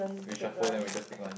reshuffle then we just pick one